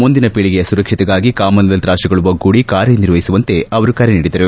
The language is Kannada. ಮುಂದಿನ ಪೀಳಿಗೆಯ ಸುರಕ್ಷತೆಗಾಗಿ ಕಾಮನ್ವೆಲ್ತ್ ರಾಷ್ಷಗಳು ಒಗ್ಗೂಡಿ ಕಾರ್ಯನಿರ್ವಹಿಸುವಂತೆ ಅವರು ಕರೆ ನೀಡಿದರು